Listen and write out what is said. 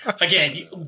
again